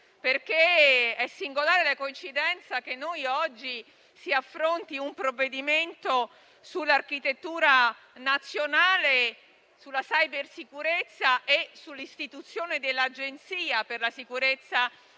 destino: è singolare che oggi affrontiamo un provvedimento sull'architettura nazionale, sulla cybersicurezza e sull'istituzione dell'Agenzia per la sicurezza nazionale